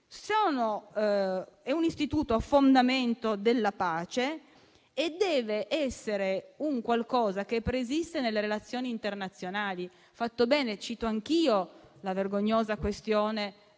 È un istituto della pace e deve essere un qualcosa che preesiste nelle relazioni internazionali. Cito anch'io la vergognosa questione